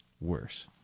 worse